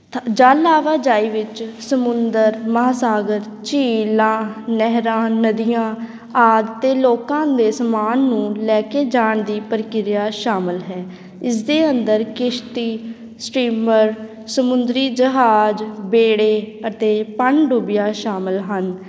ਥਾ ਜਲ ਆਵਾਜਾਈ ਵਿੱਚ ਸਮੁੰਦਰ ਮਹਾਸਾਗਰ ਝੀਲਾਂ ਨਹਿਰਾਂ ਨਦੀਆਂ ਆਦਿ ਅਤੇ ਲੋਕਾਂ ਦੇ ਸਮਾਨ ਨੂੰ ਲੈ ਕੇ ਜਾਣ ਦੀ ਪ੍ਰਕਿਰਿਆ ਸ਼ਾਮਿਲ ਹੈ ਇਸ ਦੇ ਅੰਦਰ ਕਿਸ਼ਤੀ ਸਟਰੀਮਰ ਸਮੁੰਦਰੀ ਜਹਾਜ਼ ਬੇੜੇ ਅਤੇ ਪਣਡੁੱਬੀਆਂ ਸ਼ਾਮਿਲ ਹਨ